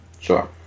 Sure